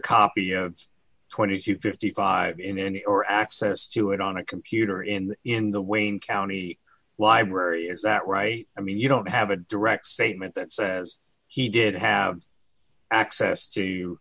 copy of twenty to fifty five in any or access to it on a computer in in the wayne county library is that right i mean you don't have a direct statement that says he did have access to